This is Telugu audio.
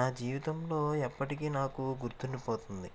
నా జీవితంలో ఎప్పటికీ నాకు గుర్తుండిపోతుంది